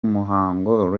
muhango